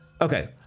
Okay